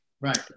right